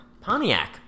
Pontiac